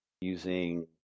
using